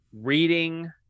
reading